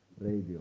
radio